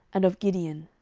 and of gideon.